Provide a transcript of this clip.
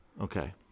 Okay